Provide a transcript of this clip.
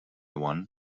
one